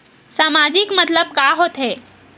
सामाजिक मतलब का होथे?